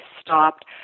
stopped